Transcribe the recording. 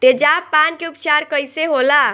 तेजाब पान के उपचार कईसे होला?